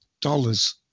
dollars